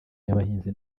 y’abahinzi